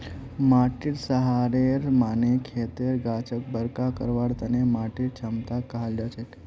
माटीर सहारेर माने खेतर गाछक बरका करवार तने माटीर क्षमताक कहाल जाछेक